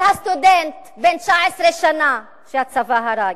על הסטודנט, בן 19 שנה, שהצבא הרג.